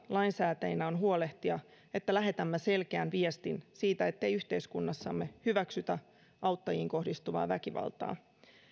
lainsäätäjinä on huolehtia että lähetämme selkeän viestin siitä ettei yhteiskunnassamme hyväksytä auttajiin kohdistuvaa väkivaltaa